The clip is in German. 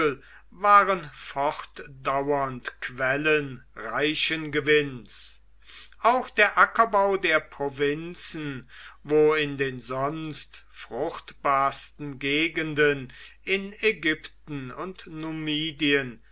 waren fortdauernd quellen reichen gewinns auch der ackerbau der provinzen wo in den sonst fruchtbarsten gegenden in ägypten und